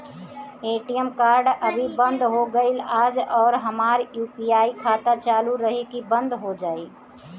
ATM card अभी बंद हो गईल आज और हमार यू.पी.आई खाता चालू रही की बन्द हो जाई?